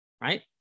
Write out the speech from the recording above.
right